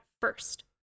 first